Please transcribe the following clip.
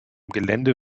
gelände